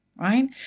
Right